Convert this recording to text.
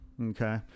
Okay